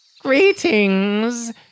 Greetings